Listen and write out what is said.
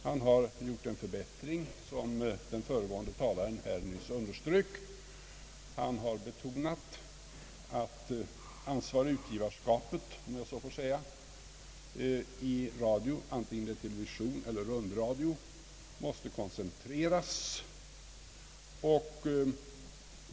Han har gjort en förbättring, såsom underströks i det närmast föregående inlägget, och betonar att ansvarigutgivarskapet, om jag så får säga, i radio måste koncentreras, antingen det nu gäller television eller rundradio.